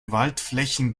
waldflächen